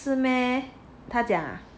是 meh 他讲啊